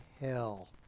hell